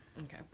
Okay